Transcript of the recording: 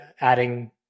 adding